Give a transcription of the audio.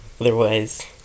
Otherwise